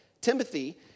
Timothy